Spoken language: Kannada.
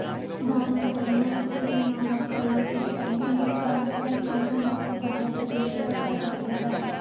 ದಾಳಿಂಬೆ ಹಣ್ಣ Spain, Morocco, Egypt, Iran, Afghanistan, China ಮತ್ತ ಭಾರತ ದೇಶಗೊಳ್ದಾಗ್ ಬೆಳಿತಾರ್